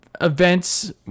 events